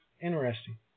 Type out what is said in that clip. interesting